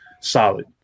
solid